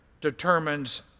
determines